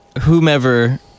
whomever